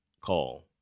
call